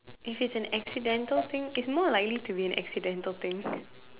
if it is an accidental thing it's more likely to be an accidental thing